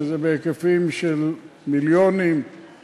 שזה בהיקפים של מיליונים.